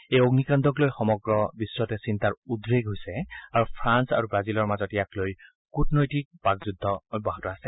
এই আগ্নিকাণ্ডকলৈ সমগ্ৰ বিশ্বতে চিন্তাৰ উদ্ৰেগ হৈছে আৰু ফ্ৰান্স আৰু ৱাজিলৰ মাজত ইয়াক লৈ কূটনৈতিক বাক্ যুদ্ধ অব্যাহত আছে